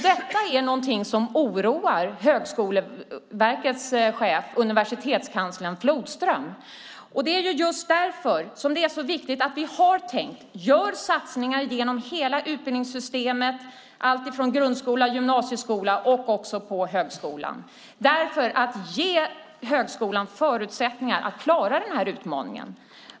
Detta är någonting som oroar Högskoleverkets chef, universitetskansler Flodström. Det är just därför som det är viktigt att vi gör satsningar genom hela utbildningssystemet, alltifrån grundskola och sedan gymnasieskola till högskola, för att ge högskolan förutsättningar att klara utmaningarna.